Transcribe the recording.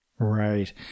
Right